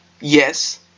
yes